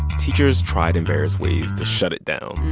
teachers tried in various ways to shut it down.